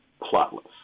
plotless